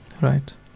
Right